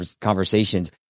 conversations